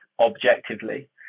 objectively